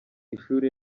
ishuri